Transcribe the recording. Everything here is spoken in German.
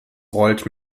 rollt